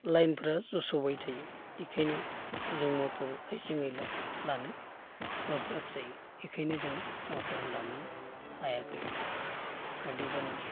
लाइनफ्रा जस'बाय थायो इखायनो जों मटर आइजें आयला लानो गोब्राब जायो इखायनो जों मटर लानो हायाखै अदेबानि